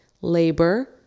labor